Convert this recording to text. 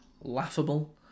laughable